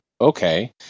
okay